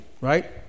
right